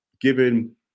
given